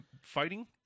fighting